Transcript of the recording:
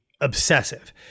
obsessive